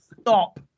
stop